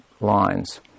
lines